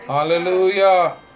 Hallelujah